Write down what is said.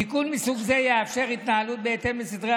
תיקון מסוג זה יאפשר התנהלות בהתאם לסדרי